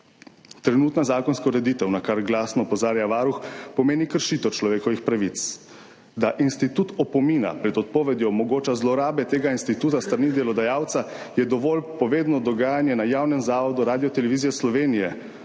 Trenutna zakonska ureditev, na kar glasno opozarja Varuh, pomeni kršitev človekovih pravic. Da institut opomina pred odpovedjo omogoča zlorabe tega instituta s strani delodajalca, je dovolj povedno dogajanje na javnem zavodu Radiotelevizija Slovenija.